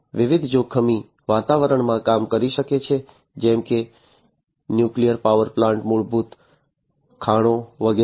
તે વિવિધ જોખમી વાતાવરણમાં કામ કરી શકે છે જેમ કે ન્યુક્લિયર પાવર પ્લાન્ટ્સ ભૂગર્ભ ખાણો વગેરે